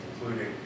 including